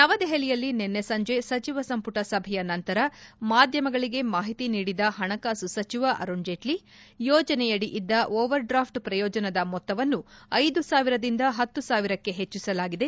ನವದೆಹಲಿಯಲ್ಲಿ ನಿನ್ತೆ ಸಂಜೆ ಸಚಿವ ಸಂಪುಟ ಸಭೆಯ ನಂತರ ಮಾಧ್ಯಮಗಳಿಗೆ ಮಾಹಿತಿ ನೀಡಿದ ಹಣಕಾಸು ಸಚಿವ ಅರುಣ್ ಜೈಟ್ಷಿ ಯೋಜನೆಯಡಿ ಇದ್ದ ಓವರ್ ಡ್ರಾಫ್ನ್ ಪ್ರಯೋಜನದ ಮೊತ್ತವನ್ನು ಐದು ಸಾವಿರದಿಂದ ಹತ್ತು ಸಾವಿರಕ್ಕೆ ಹೆಚ್ಚಿಸಲಾಗಿದೆ